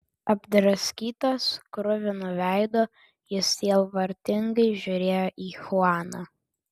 apdraskytas kruvinu veidu jis sielvartingai žiūrėjo į chuaną